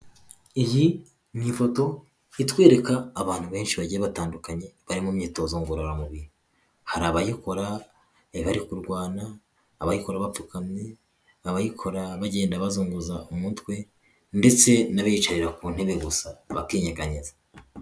Iyi ni ifoto itwereka abantu benshi bagiye batandukanye bari mu myitozo ngororamubiri. Hari abayikora bari kurwana, abayikora bapfukamye, abayikora bagenda bazunguza umutwe ndetse n'abiyicarira ku ntebe gusa bakinyeganyeza.